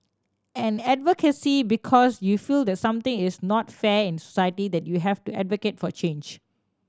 and advocacy because you feel that something is not fair in society that you have to advocate for change